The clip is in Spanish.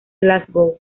glasgow